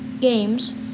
games